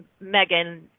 Megan